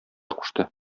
кушты